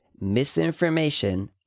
misinformation